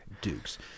Dukes